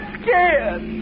scared